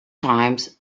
times